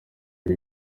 ari